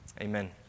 Amen